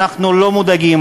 אנחנו לא מודאגים,